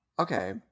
okay